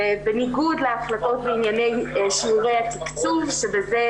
בניגוד להחלטות בענייני שיעורי התקצוב שבזה